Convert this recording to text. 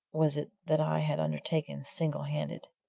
was it that i had undertaken single-handed?